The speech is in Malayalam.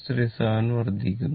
637 വർദ്ധിക്കുന്നു